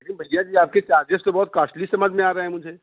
लेकिन भइया जी आपके चार्जेस तो बहुत कॉस्टली समझ में आ रहे हैं मुझे